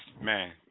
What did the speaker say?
man